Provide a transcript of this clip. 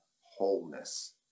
wholeness